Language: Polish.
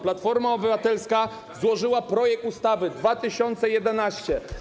Platforma Obywatelska złożyła projekt ustawy 2011.